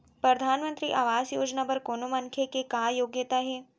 परधानमंतरी आवास योजना बर कोनो मनखे के का योग्यता हे?